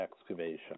excavation